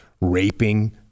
raping